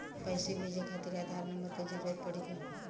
पैसे भेजे खातिर आधार नंबर के जरूरत पड़ी का?